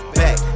back